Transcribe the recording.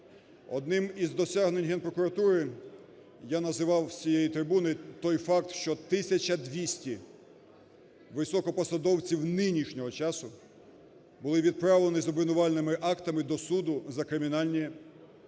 Одним із досягнень Генпрокуратури я називав з цієї трибуни той факт, що тисяча двісті високопосадовців нинішнього часу були відправлені з обвинувальними актами до суду за кримінальні,